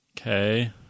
Okay